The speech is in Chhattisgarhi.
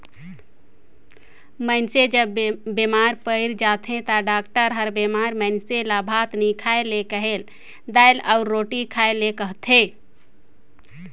मइनसे जब बेमार पइर जाथे ता डॉक्टर हर बेमार मइनसे ल भात नी खाए ले कहेल, दाएल अउ रोटी खाए ले कहथे